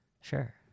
Sure